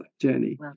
Jenny